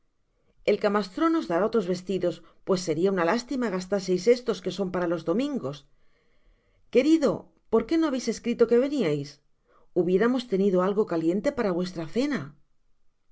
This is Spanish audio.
el camastron os dará otros vestidos pues seria una lástima gastaseis estos que son para tos domingos querido porque no habeis escrito que veniais hubiéramos tenido algo caliente para vuestra cena